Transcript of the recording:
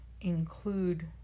include